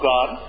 God